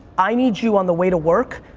i need you, on the way to work,